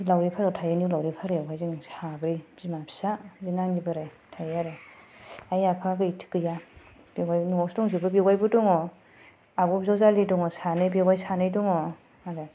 लावरिपारायाव थायो निउ लावरिपारायावहाय जों साब्रै बिमा फिसा बिदिनो आंनि बोराइ थायो आरो आइ आफा गैया बेवायबो न'आवसो दंजोबो बेवायबो दङ आब' बिजावजालि दङ सानै बेवाय सानै दङ आरो